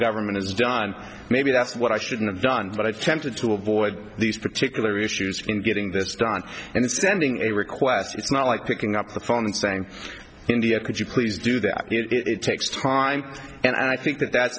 government has done maybe that's what i should've done but i tempted to avoid these particular issues in getting this done and sending a request it's not like picking up the phone and saying india could you please do that it takes time and i think that that